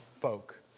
folk